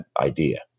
idea